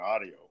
audio